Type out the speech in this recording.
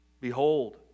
Behold